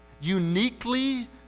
uniquely